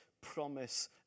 promise